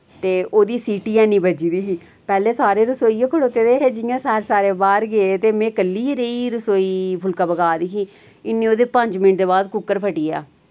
ते ओह्दी सिटी है नि बज्जे दी ही पैह्ले सारे रसोई गै खड़ोते दे हे जियां सारे सारे बाह्र गे ते मैं कल्ली गे रेही रसोई फुल्का पका दी ही इन्ने ओह्दे पंज मिंट दे बाद कुक्कर फट्टी गेआ